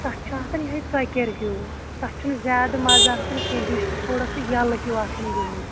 تَتھ چھُ آسان یِہَے ژۄکیر ہیوٗ تَتھ چھُنہٕ زیادٕ مَزٕ آسان کینٛہہ بیٚیہِ چھُ سُہ تھوڑا سُہ یَلہٕ ہیوٗ آسان گوٚمُت